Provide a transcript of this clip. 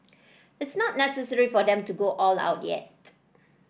it's not necessary for them to go all out yet